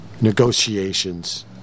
negotiations